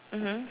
mmhmm